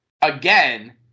again